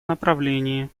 направлении